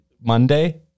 Monday